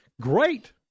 great